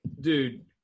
dude